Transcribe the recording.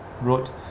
wrote